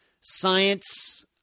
Science